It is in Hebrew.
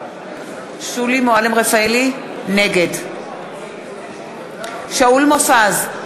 נגד שאול מופז,